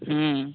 হুম